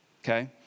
Okay